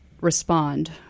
respond